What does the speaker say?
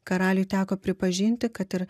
karaliui teko pripažinti kad ir